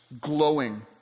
glowing